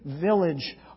village